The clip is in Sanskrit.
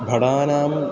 भटानाम्